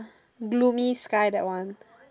gloomy sky that one